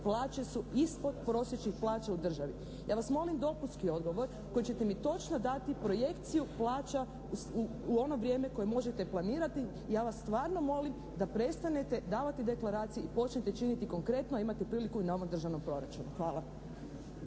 plaće su ispod prosječnih plaća u državi. Ja vas molim dopunski odgovor kojim ćete mi točno dati projekciju plaća u ono vrijeme koje možete planirati i ja vas stvarno molim da prestanete davati deklaracije i počnete činiti konkretne, imate priliku na ovom državnom proračunu. Hvala.